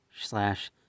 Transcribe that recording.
slash